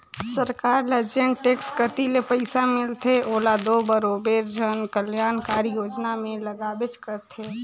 सरकार ल जेन टेक्स कती ले पइसा मिलथे ओला दो बरोबेर जन कलयानकारी योजना में लगाबेच करथे